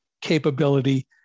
capability